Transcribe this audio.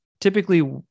typically